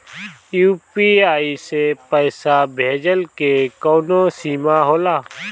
UPI से पईसा भेजल के कौनो सीमा होला?